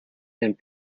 and